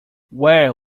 where